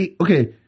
okay